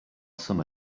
some